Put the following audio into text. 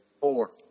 Four